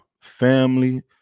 family